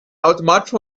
automatisch